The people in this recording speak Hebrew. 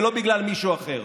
ולא בגלל מישהו אחר.